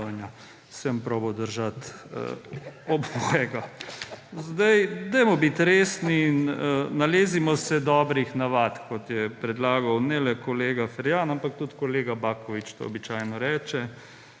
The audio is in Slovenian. bom probal držati obojega. Dajmo biti resni in »nalezimo se dobrih navad«, kot je predlagal ne le kolega Ferjan, ampak tudi kolega Baković to običajno reče.